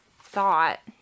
thought